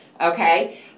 okay